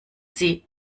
sie